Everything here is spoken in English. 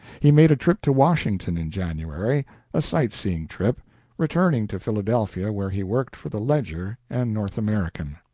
he made a trip to washington in january a sight-seeing trip returning to philadelphia, where he worked for the ledger and north american.